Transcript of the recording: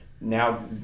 now